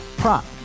Prop